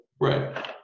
right